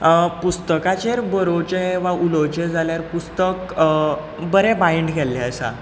पुस्तकाचेर बरोवचें वा उलोवचें जाल्यार पुस्तक बरें बायंड केल्लें आसा